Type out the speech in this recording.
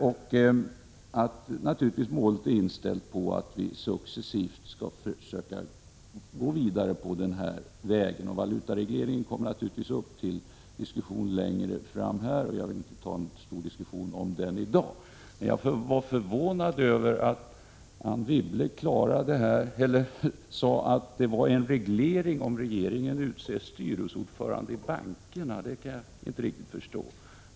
Målet är naturligtvis inställt på att vi successivt skall försöka gå vidare på den här vägen. Valutaregleringen kommer naturligtvis upp till diskussion längre fram, varför jag inte vill ta upp någon stor diskussion om den i dag. Jag blev förvånad över att Anne Wibble sade att det rör sig om en reglering, om regeringen utser styrelseordförande i bankerna. Det kan jag inte riktigt förstå.